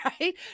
right